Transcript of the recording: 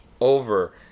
over